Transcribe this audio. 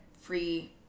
free